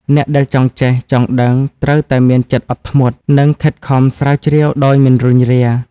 អ្នកដែលចង់ចេះ ចង់ដឹង ត្រូវតែមានចិត្តអត់ធ្មត់ និងខិតខំស្រាវជ្រាវដោយមិនរុញរា។